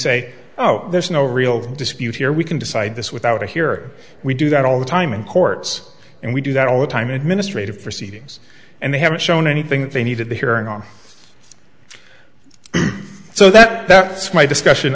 say oh there's no real dispute here we can decide this without here we do that all the time in courts and we do that all the time administrative proceedings and they haven't shown anything that they needed the hearing on so that that's my discussion